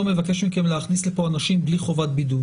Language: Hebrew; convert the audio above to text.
מבקש מכם להכניס לכאן אנשים בלי חובת בידוד